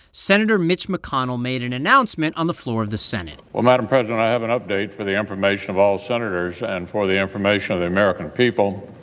senator mitch mcconnell made an announcement on the floor of the senate well, madam president, i have an update for the information of all senators and for the information of the american people,